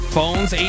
Phones